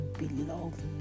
beloved